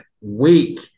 weak